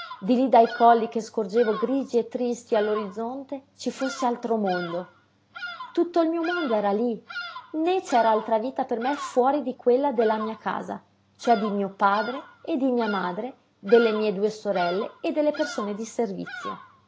di là dai colli che scorgevo grigi e tristi all'orizzonte ci fosse altro mondo tutto il mio mondo era lí né c'era altra vita per me fuori di quella de la mia casa cioè di mio padre e di mia madre delle mie due sorelle e delle persone di servizio